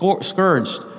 scourged